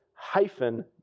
hyphen